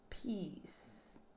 peace